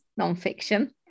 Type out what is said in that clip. nonfiction